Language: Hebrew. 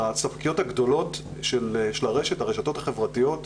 לספקיות הגדולות של הרשת, הרשתות החברתיות,